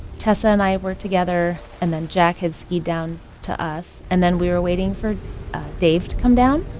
tessa and i were together, and then jack had skied down to us. and then we were waiting for dave to come down.